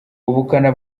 ubukana